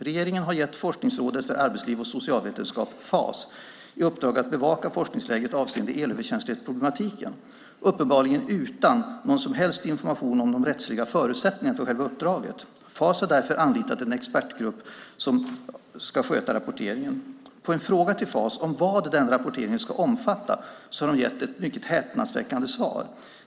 Regeringen har gett Forskningsrådet för arbetsliv och socialvetenskap, Fas, i uppdrag att bevaka forskningsläget avseende elöverkänslighetsproblematiken - uppenbarligen utan någon som helst information om de rättsliga förutsättningarna för uppdraget. Fas har därför anlitat en expertgrupp som ska sköta rapporteringen. På en fråga till Fas om vad rapporteringen ska omfatta har man gett ett häpnadsväckande svar.